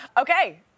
Okay